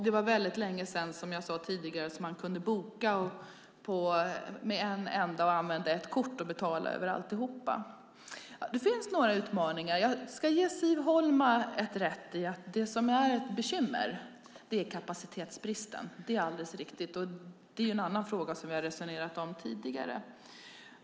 Det var, som jag sade tidigare, väldigt länge sedan man kunde använda ett enda kort och betala överallt när man bokade. Det finns några utmaningar. Jag ska ge Siv Holma ett rätt: Kapacitetsbristen är ett bekymmer. Det är alldeles riktigt. Det är en annan fråga, som vi har resonerat om tidigare.